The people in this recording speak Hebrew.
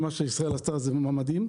מה שמדינת ישראל עשתה מדהים.